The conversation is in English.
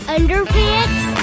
Underpants